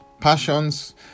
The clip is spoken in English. passions